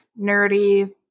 nerdy